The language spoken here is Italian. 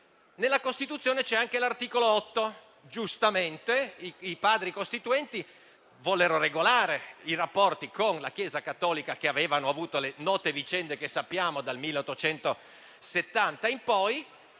nella Costituzione c'è anche l'articolo 8. Giustamente, i Padri costituenti vollero regolare i rapporti con la Chiesa cattolica, per le note vicende che conosciamo sorte dal 1870 in poi.